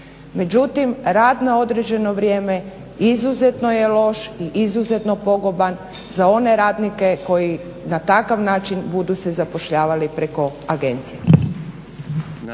Međutim rad na određeno vrijeme izuzetno je loš i izuzetno poguban za one radnike koji na takav način budu se zapošljavali preko agencija.